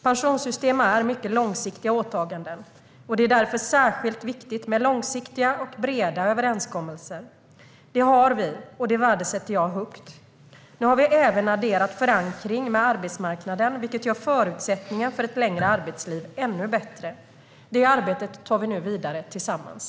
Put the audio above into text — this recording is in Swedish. Pensionssystem är mycket långsiktiga åtaganden, och det är därför särskilt viktigt med långsiktiga och breda överenskommelser. Det har vi, och det värdesätter jag högt. Nu har vi även adderat förankring med arbetsmarknaden, vilket gör förutsättningen för ett längre arbetsliv ännu bättre. Det arbetet tar vi nu vidare tillsammans.